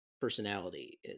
personality